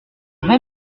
vrai